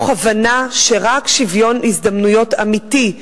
מתוך הבנה שרק שוויון הזדמנויות אמיתי,